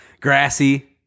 Grassy